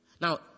Now